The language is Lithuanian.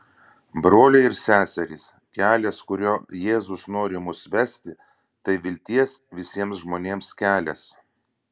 broliai ir seserys kelias kuriuo jėzus nori mus vesti tai vilties visiems žmonėms kelias